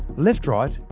left-right,